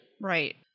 Right